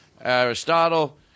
Aristotle